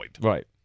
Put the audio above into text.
right